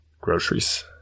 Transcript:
groceries